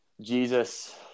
Jesus